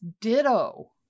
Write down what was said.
ditto